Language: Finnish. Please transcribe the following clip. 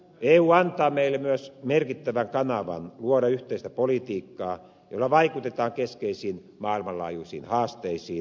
eu antaa meille myös merkittävän kanavan luoda yhteistä politiikkaa jolla vaikutetaan keskeisiin maailmanlaajuisiin haasteisiin